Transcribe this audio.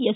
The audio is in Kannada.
ಎಸ್